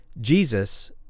Jesus